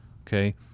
okay